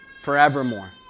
forevermore